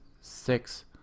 six